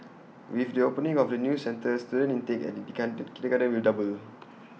with the opening of the new centre student intake at the kindergarten will double